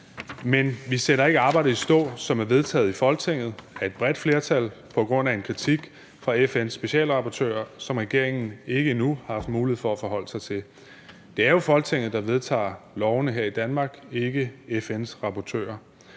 Men vi sætter ikke arbejdet, som er vedtaget i Folketinget af et bredt flertal, i stå, på grund af en kritik fra FN's specialrapportører, som regeringen endnu ikke har haft mulighed for at forholde sig til. Det er jo Folketinget, der vedtager lovene her i Danmark, ikke FN's rapportører.